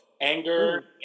anger